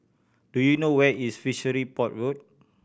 do you know where is Fishery Port Road